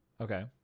okay